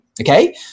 Okay